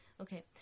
Okay